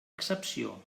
excepció